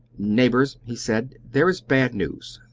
neighbors, he said, there is bad news!